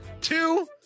Two